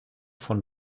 von